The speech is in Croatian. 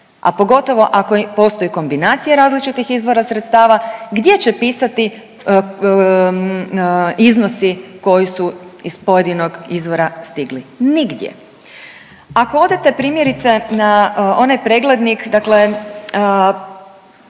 a pogotovo ako postoji kombinacija različitih izvora sredstava gdje će pisati iznosi koji su iz pojedinog izvora stigli. Nigdje. Ako odete primjerice na onaj preglednik, dakle